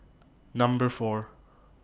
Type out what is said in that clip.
Number four